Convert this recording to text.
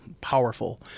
powerful